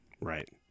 Right